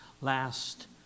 last